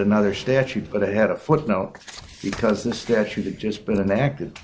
another statute but it had a footnote because the statute it just been enacted